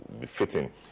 befitting